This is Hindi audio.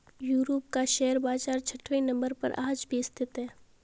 यूरोप का शेयर बाजार छठवें नम्बर पर आज भी स्थित है